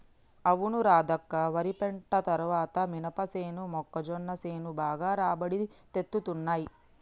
అవును రాధక్క వరి పంట తర్వాత మినపసేను మొక్కజొన్న సేను బాగా రాబడి తేత్తున్నయ్